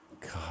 god